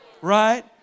right